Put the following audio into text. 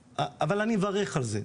אבל אני מברך על זה.